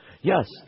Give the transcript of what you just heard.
Yes